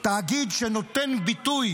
תאגיד שנותן ביטוי